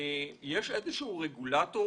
יש איזה שהוא רגולטור